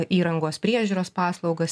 įrangos priežiūros paslaugas